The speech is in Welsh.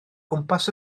gwmpas